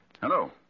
Hello